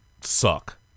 suck